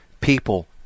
people